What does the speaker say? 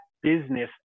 business